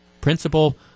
Principal